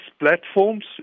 platforms